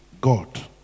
God